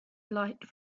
light